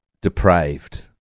depraved